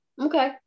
okay